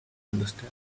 understand